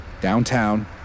downtown